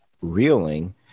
reeling